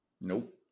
Nope